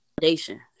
foundation